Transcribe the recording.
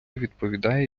відповідає